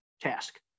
task